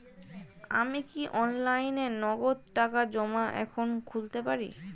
আমি কি অনলাইনে নগদ টাকা জমা এখন খুলতে পারি?